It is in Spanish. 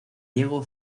diego